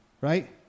right